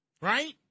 Right